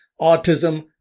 autism